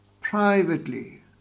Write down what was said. Privately